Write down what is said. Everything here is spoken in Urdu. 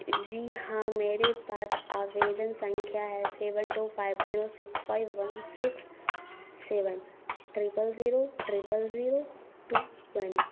جی ہاں میرے پاس آوییدن سنکھیا ہے seven two five zero six five one six seven triple zero triple zero two one